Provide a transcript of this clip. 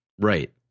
right